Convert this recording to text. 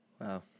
Wow